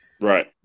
Right